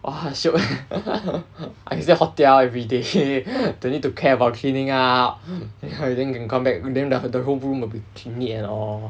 !wah! shiok I stay hotel everyday don't need to care about cleaning up and then I can come back and then the whole room will be c~ neat and all